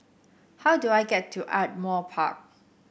how do I get to Ardmore Park